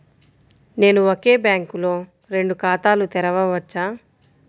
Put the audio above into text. నేను ఒకే బ్యాంకులో రెండు ఖాతాలు తెరవవచ్చా?